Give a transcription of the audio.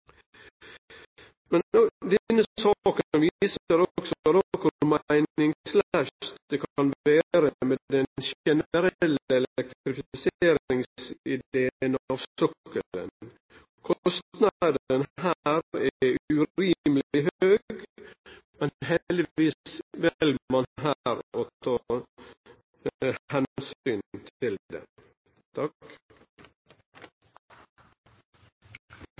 også hvor meningsløst det kan være med en generell elektrifiseringsidé av sokkelen. Kostnaden her er urimelig høy, men heldigvis velger man å ta hensyn til det.